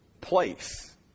place